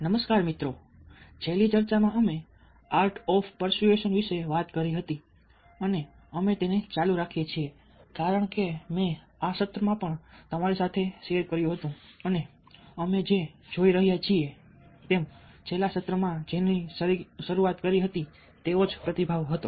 નમસ્કાર મિત્રો છેલ્લી ચર્ચામાં અમે આર્ટ ઓફ પર્સ્યુએશન વિશે વાત કરી હતી અને અમે તેને ચાલુ રાખીએ છીએ કારણ કે મેં આ સત્રમાં પણ તમારી સાથે શેર કર્યું હતું અને અમે જે જોઈ રહ્યા છીએ અમે છેલ્લા સત્રમાં જેની શરૂઆત કરી હતી તે પ્રતિભાવ હતો